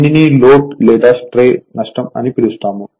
దీనిని లోడ్ లేదా స్ట్రే నష్టం అని పిలుస్తాము